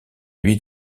lui